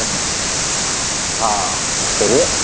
हँ हँ कहु